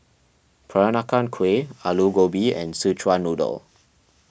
Peranakan Kueh Aloo Gobi and Szechuan Noodle